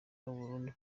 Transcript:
abarundi